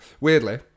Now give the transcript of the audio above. Weirdly